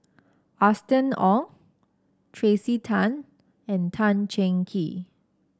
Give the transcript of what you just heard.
Austen Ong Tracey Tan and Tan Cheng Kee